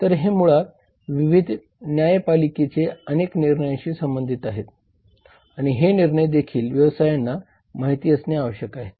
तर हे मुळात विविध न्यायपालिकेच्या अनेक निर्णयांशी संबंधित आहेत आणि हे निर्णय देखील व्यवसायांना माहित असणे आवश्यक आहे